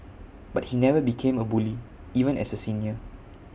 but he never became A bully even as A senior